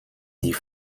die